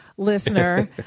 listener